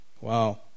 Wow